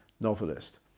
novelist